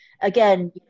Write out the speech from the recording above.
again